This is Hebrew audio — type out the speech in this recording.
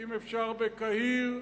אם אפשר בקהיר,